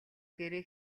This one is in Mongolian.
гэрээ